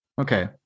okay